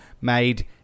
made